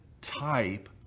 type